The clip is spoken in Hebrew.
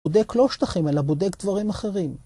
‫בודק לא שטחים, ‫אלא בודק דברים אחרים.